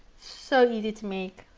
so easy to make.